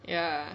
ya